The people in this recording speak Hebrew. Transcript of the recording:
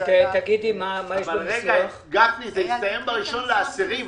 זה יסתיים ב-1.10.